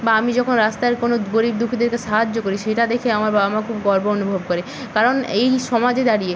বা আমি যখন রাস্তার কোনো গরিব দুঃখীদেরকে সাহায্য করি সেটা দেখে আমার বাবা মা খুব গর্ব অনুভব করে কারণ এই সমাজে দাঁড়িয়ে